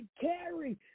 carry